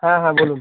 হ্যাঁ হ্যাঁ বলুন